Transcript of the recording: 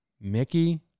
Mickey